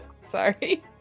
sorry